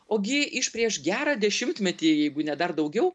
ogi iš prieš gerą dešimtmetį jeigu ne dar daugiau